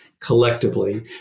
collectively